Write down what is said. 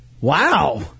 Wow